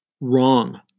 Wrong